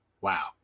Wow